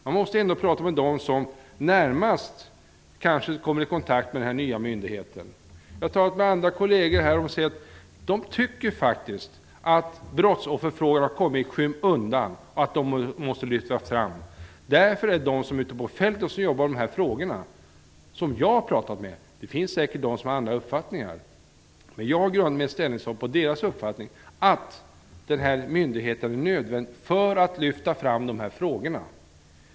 Man måste ju prata med dem som kanske närmast kommer i kontakt med denna nya myndighet. Jag har talat med andra kolleger. De säger att de anser att brottsofferfrågan kommit i skymundan och att den måste lyftas fram. Jag har pratat med dem som jobbar ute på fältet med dessa frågor. Det finns säkert de som har andra uppfattningar. Men jag grundar mitt ställningstagande på deras uppfattning, nämligen att denna myndighet är nödvändig för att lyfta fram dessa frågor.